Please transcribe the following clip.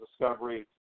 discovery